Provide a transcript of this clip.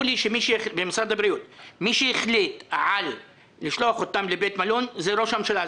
לי שמי שהחליט לשלוח אותם לבית מלון זה ראש הממשלה.